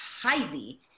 highly